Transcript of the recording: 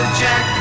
jack